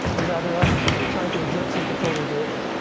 and rather us trying to exert some control over it.